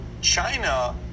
China